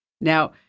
Now